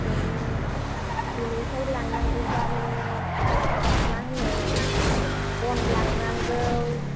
न'निफ्राय लांनांगौबा नों मा होनो बन लांनांगौ